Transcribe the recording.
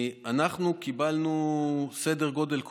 קיבלנו סדר גודל,